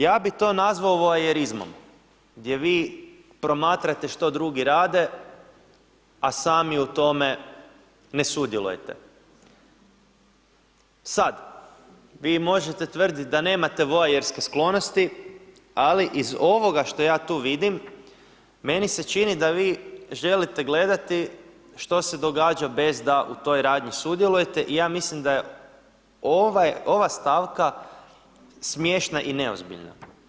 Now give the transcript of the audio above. Ja bi to nazvao voajerizmom gdje vi promatrate što drugi rade, a sami u tome ne sudjelujete, sad vi možete tvrditi da nemate voajerske sklonosti, ali iz ovoga što ja tu vidim meni se čini da vi želite gledati što se događa bez da u toj radnji sudjelujete i ja mislim da je ova stavka smiješna i neozbiljna.